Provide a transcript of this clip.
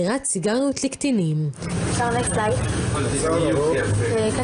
אני לוקחת על עצמי בכל פעם את היוזמות החקיקתיות